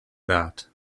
that